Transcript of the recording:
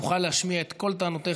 תוכל להשמיע את כל טענותיך.